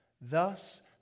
Thus